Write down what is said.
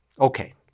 okay